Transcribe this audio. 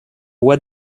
what